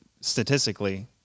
statistically